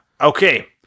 Okay